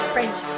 French